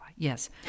Yes